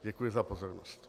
Děkuji za pozornost.